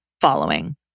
following